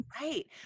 Right